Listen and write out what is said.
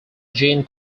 jean